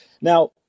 Now